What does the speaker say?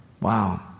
Wow